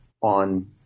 on